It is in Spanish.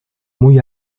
muy